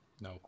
No